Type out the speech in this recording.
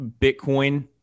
Bitcoin